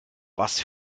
was